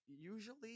usually